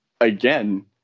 again